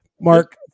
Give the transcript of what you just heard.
Mark